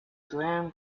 graham